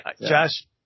Josh –